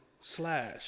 Slash